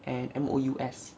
and M O U S